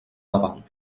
davant